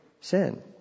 sin